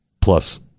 plus